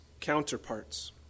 counterparts